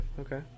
okay